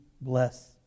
bless